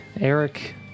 Eric